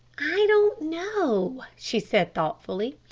i don't know, she said thoughtfully.